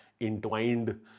entwined